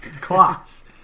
Class